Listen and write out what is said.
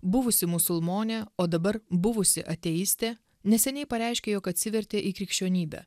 buvusi musulmonė o dabar buvusi ateistė neseniai pareiškė jog atsivertė į krikščionybę